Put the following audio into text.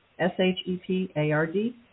S-H-E-P-A-R-D